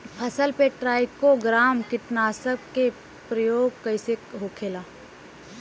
फसल पे trichogramma कीटनाशक के प्रयोग कइसे होखेला?